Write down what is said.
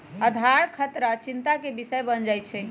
आधार खतरा चिंता के विषय बन जाइ छै